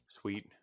Sweet